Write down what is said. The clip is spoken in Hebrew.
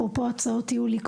אפרופו הצעות ייעול,